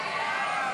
סעיף 1,